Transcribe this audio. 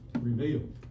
Revealed